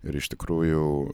ir iš tikrųjų